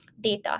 data